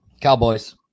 Cowboys